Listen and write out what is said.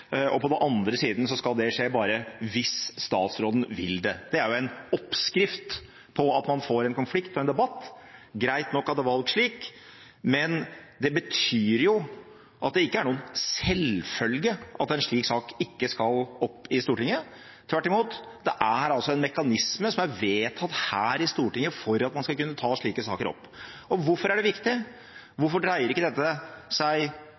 På den andre siden skal det skje bare hvis statsråden vil det. Det er en oppskrift på at man får en konflikt og en debatt. Det er greit nok at det er valgt slik, men det betyr jo at det ikke er noen selvfølge at en slik sak ikke skal opp i Stortinget. Tvert imot er det en mekanisme som er vedtatt her i Stortinget, for at man skal kunne ta slike saker opp. Hvorfor er det viktig? Hvorfor dreier ikke dette seg